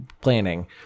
planning